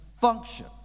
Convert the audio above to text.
function